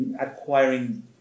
acquiring